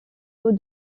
taux